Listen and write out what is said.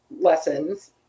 lessons